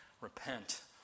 Repent